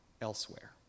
elsewhere